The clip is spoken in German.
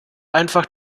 einfach